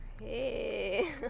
Hey